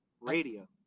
Radio